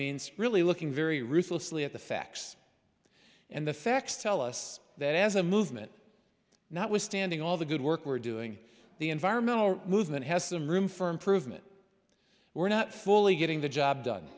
means really looking very ruthlessly at the facts and the facts tell us that as a movement not withstanding all the good work we're doing the environmental movement has some room for improvement we're not fully getting the job done